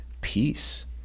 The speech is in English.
peace